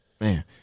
Man